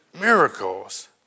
miracles